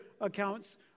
accounts